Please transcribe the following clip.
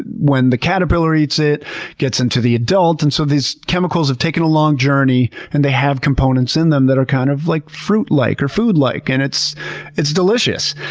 when the caterpillar eats it, it gets into the adult, and so these chemicals have taken a long journey, and they have components in them that are kind of like fruit-like or food-like and it's it's delicious.